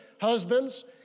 husbands